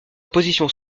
positions